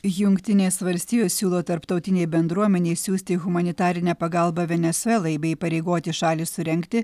jungtinės valstijos siūlo tarptautinei bendruomenei siųsti humanitarinę pagalbą venesuelai bei įpareigoti šalį surengti